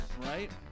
Right